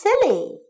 silly